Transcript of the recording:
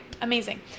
Amazing